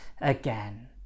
again